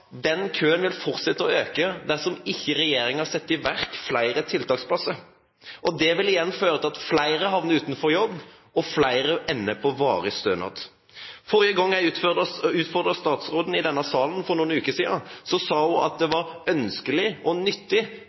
flere havner utenfor jobb, og flere ender på varig stønad. Forrige gang jeg utfordret statsråden i denne salen, for noen uker siden, sa hun at det var ønskelig og nyttig